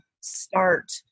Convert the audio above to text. start